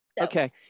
Okay